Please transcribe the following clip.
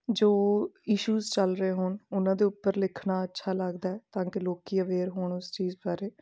ਜੋ ਇਸ਼ੂਜ ਚੱਲ ਰਹੇ ਹੋਣ ਉਹਨਾਂ ਦੇ ਉੱਪਰ ਲਿਖਣਾ ਅੱਛਾ ਲੱਗਦਾ ਤਾਂ ਕਿ ਲੋਕੀਂ ਅਵੇਅਰ ਹੋਣ ਉਸ ਚੀਜ਼ ਬਾਰੇ